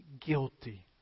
guilty